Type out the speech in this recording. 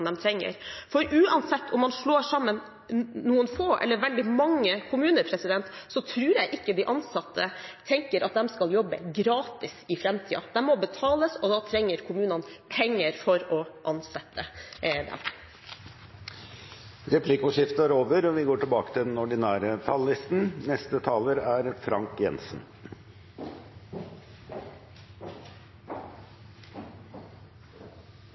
trenger. For uansett om man slår sammen noen få eller veldig mange kommuner, tror jeg ikke de ansatte tenker at de skal jobbe gratis i framtiden. De må betales, og da trenger kommunene penger for å ansette dem. Replikkordskiftet er over. Høyre har brukt årene i regjering til